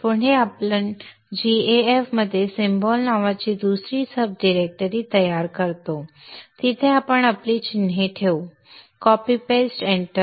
पुढे आपण gaf मध्ये सिम्बॉल नावाची दुसरी सब डिरेक्टरी तयार करतो किंवा तिथे आपण आपली चिन्हे ठेवू कॉपी पेस्ट एंटर